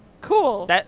cool